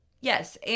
Yes